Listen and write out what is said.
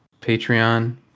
Patreon